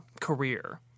career